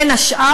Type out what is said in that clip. בין השאר,